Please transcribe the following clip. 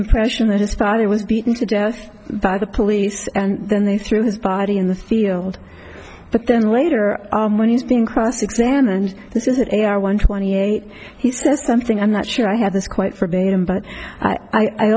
impression that his father was beaten to death by the police and then they threw his body in the field but then later our money's being cross examined this is a r one twenty eight he says something i'm not sure i have this quite forbade him but i